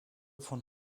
von